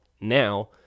now